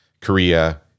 Korea